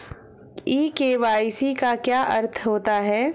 ई KYC का क्या अर्थ होता है?